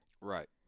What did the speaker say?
Right